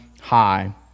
high